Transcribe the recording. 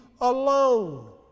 alone